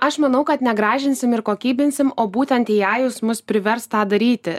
aš manau kad negražinsim ir kokybinsim ir o būtent ei ajus mus privers tą daryti